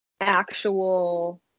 actual